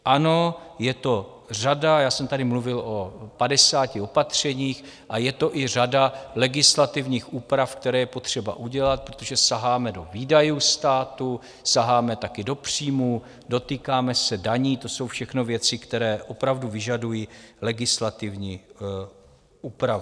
Ano, je to řada já jsem tady mluvil o padesáti opatřeních a je to i řada legislativních úprav, které je potřeba udělat, protože saháme do výdajů státu, saháme také do příjmů, dotýkáme se daní, to jsou všechno věci, které opravdu vyžadují legislativní úpravu.